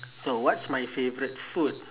so what's my favourite food